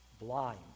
blind